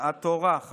התורה,